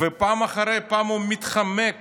-- ופעם אחרי פעם הוא מתחמק